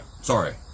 sorry